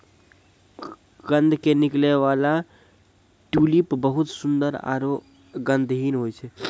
कंद के निकलै वाला ट्यूलिप बहुत सुंदर आरो गंधहीन होय छै